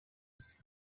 azi